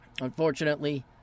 Unfortunately